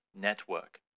network